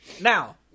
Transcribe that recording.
Now